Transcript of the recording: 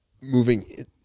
moving